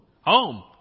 Home